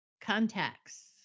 contacts